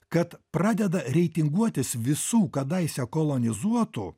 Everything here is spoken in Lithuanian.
kad pradeda reitinguotis visų kadaise kolonizuotų